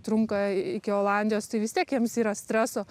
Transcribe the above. trunka iki olandijos tai vis tiek jiems yra streso